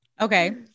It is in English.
Okay